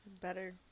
Better